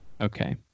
Okay